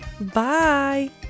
Bye